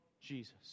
Jesus